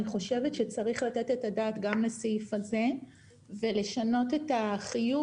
אני חושבת שצריך לתת את הדעת גם לסעיף הזה ולשנות את החיוב